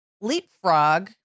leapfrog